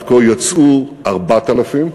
ועד כה יצאו 4,000,